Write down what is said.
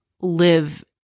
live